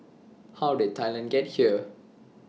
how did Thailand get here